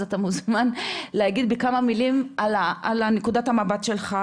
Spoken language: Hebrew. אז אתה מוזמן להגיד בכמה מילים את נקודת המבט שלך,